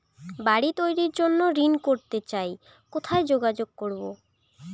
বাড়ি তৈরির জন্য ঋণ করতে চাই কোথায় যোগাযোগ করবো?